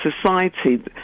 society